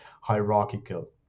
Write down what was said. hierarchical